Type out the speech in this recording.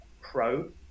Pro